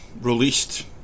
released